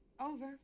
Over